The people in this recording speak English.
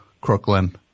Crooklyn